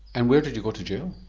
and where did you go to jail?